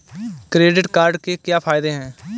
Credit card के क्या फायदे हैं?